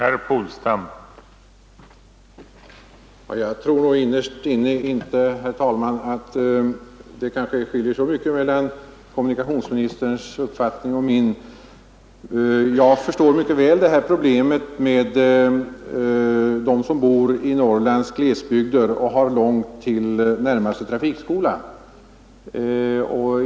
Herr talman! Jag tror innerst inne att det kanske inte skiljer så mycket mellan kommunikationsministerns och min uppfattning. Jag förstår mycket väl problemen för dem som bor i Norrlands glesbygder och har långt till närmaste trafikskola.